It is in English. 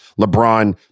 LeBron